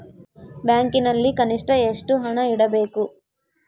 ಬ್ಯಾಂಕಿನಲ್ಲಿ ಕನಿಷ್ಟ ಎಷ್ಟು ಹಣ ಇಡಬೇಕು?